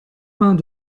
peints